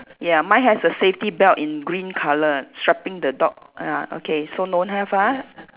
ya mine has a safety belt in green colour strapping the dog ah okay so don't have ah